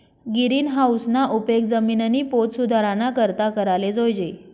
गिरीनहाऊसना उपेग जिमिननी पोत सुधाराना करता कराले जोयजे